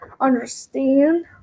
understand